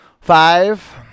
Five